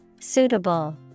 Suitable